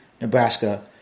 Nebraska